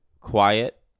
quiet